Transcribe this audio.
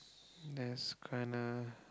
that's kinda